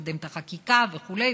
לקדם את החקיקה וכו',